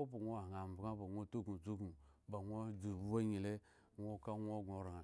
oba ŋwo hyen avaŋ ba ŋwo tuknu dzu ubin baŋwo dzubhu angyi leŋwo ka ŋwo gŋo oraŋ